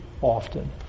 often